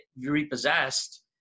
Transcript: repossessed